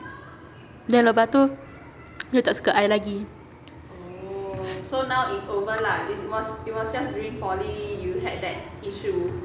then lepas tu dia tak suka I lagi